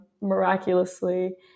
miraculously